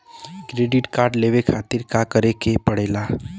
Credit card लेवे खातिर का करे के पड़ेला?